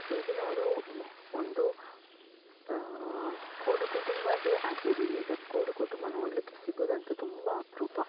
ಈಗಿನವರು ಒಂದು ಕೂಡು ಕುಟುಂಬವೇ ಆಗಿರಲಿ ಈಗ ಕೂಡು ಕುಟುಂಬ ನೋಡಲಿಕ್ಕೆ ಸಿಗೋದಂತು ತುಂಬ ಅಪರೂಪ